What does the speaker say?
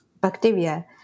bacteria